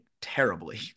terribly